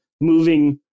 moving